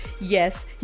Yes